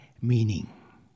meaning